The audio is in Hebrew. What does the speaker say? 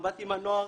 עבדתי עם הנוער.